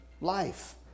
life